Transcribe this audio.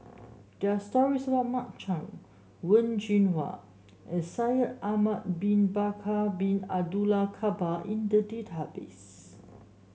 there are stories about Mark Chan Wen Jinhua and Shaikh Ahmad Bin Bakar Bin Abdullah Jabbar in the database